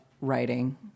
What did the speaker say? writing